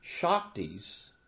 shaktis